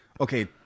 okay